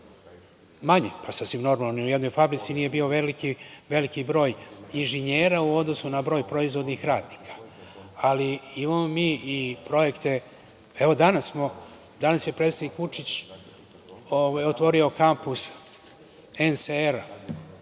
sasvim normalno, ni u jednoj fabrici nije bilo veliki broj inženjera u odnosu na broj proizvodnih radnika. Imamo mi i projekte, evo danas je predsednik Vučić otvorio kampus NCR,